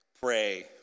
pray